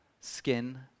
skin